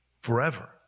forever